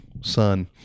son